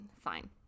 fine